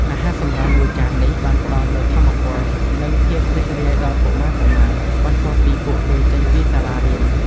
អាហារសម្រន់មួយចាននេះបានផ្តល់នូវថាមពលនិងភាពរីករាយដល់កុមារៗបន្ទាប់ពីពួកគេចេញពីសាលារៀន។